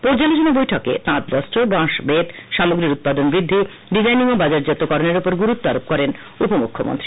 পর্যালোচনা বৈঠকে তাঁত বস্ত্র বাঁশবেত সামগ্রীর উৎপাদন বৃদ্ধি ডিজাইনিং ও বাজার জাত করার উপর গুরত্বআরোপ করেন উপমুখ্যমন্ত্রী